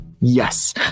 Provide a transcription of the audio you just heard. Yes